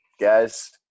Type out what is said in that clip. Guys